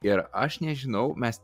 ir aš nežinau mes